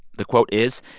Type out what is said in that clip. the quote is,